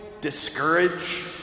discourage